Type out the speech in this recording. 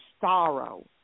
sorrow